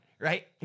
Right